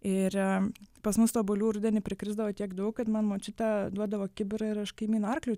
ir pas mus tų obuolių rudenį prikrisdavo tiek daug kad man močiutė duodavo kibirą ir aš kaimyno arkliui